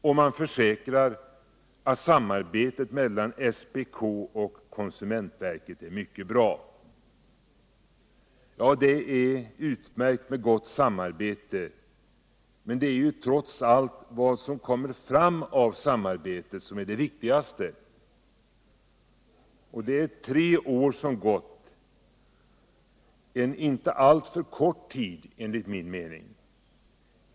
Och man försäkrar att samarbetet mellan SPK och konsumentverket är mycket bra. Det är utmärkt med gott samarbete. men det är trots allt vad som kommer ut av samarbetet som är det viktigaste. Det är tre år som har gått, en inte alltför kort tid enligt min mening.